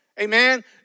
Amen